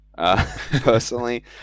Personally